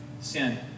sin